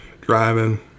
Driving